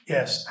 Yes